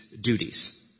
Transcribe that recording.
duties